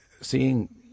seeing